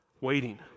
waiting